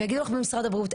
יגידו לך במשרד הבריאות,